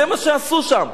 זה מה שעשו שם.